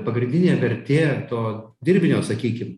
pagrindinė vertė to dirbinio sakykim